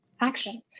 action